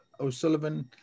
O'Sullivan